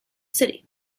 city